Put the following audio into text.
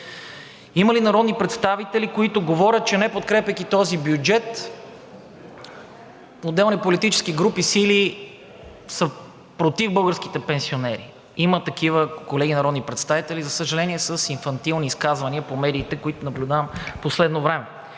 Има ли народни представители, които говорят, че неподкрепяйки този бюджет, отделни политически групи, сили са против българските пенсионери? Има такива колеги народни представители, за съжаление, с инфантилни изказвания по медиите, които наблюдавам последно време.